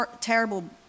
terrible